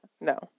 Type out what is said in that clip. No